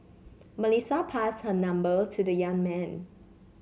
Melissa passed her number to the young man